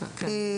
כן.